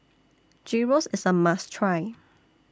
Gyros IS A must Try